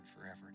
forever